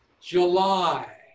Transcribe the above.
July